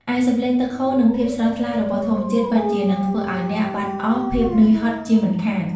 ឯសំឡេងទឹកហូរ និងភាពស្រស់ថ្លារបស់ធម្មជាតិពិតជានឹងធ្វើឲ្យអ្នកបាត់អស់ភាពនឿយហត់ជាមិនខាន។